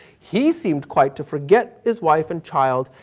he seemed quite to forget his wife and child,